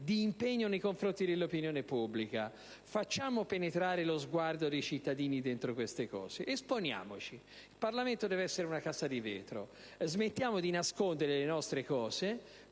di impegno nei confronti dell'opinione pubblica. Facciamo penetrare lo sguardo dei cittadini in queste cose. Esponiamoci. Il Parlamento deve essere una casa di vetro. Smettiamo di nascondere le nostre cose.